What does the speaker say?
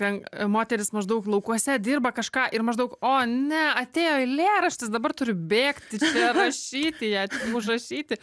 ten moteris maždaug laukuose dirba kažką ir maždaug o ne atėjo eilėraštis dabar turiu bėgti čia rašyti ją užrašyti